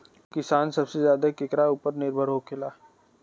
किसान सबसे ज्यादा केकरा ऊपर निर्भर होखेला?